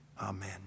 Amen